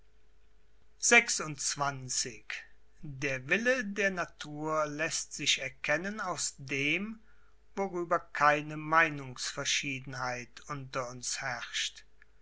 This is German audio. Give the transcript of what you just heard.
der wille der natur läßt sich erkennen aus dem worüber keine meinungsverschiedenheit unter uns herrscht